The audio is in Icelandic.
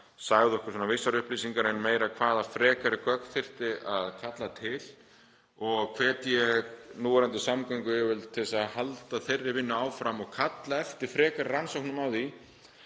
sagði okkur vissar upplýsingar en kannski meira hvaða frekari gögn þyrfti. Ég hvet núverandi samgönguyfirvöld til að halda þeirri vinnu áfram og kalla eftir frekari rannsóknum á því